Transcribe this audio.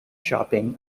shopping